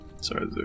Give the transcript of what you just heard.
Sorry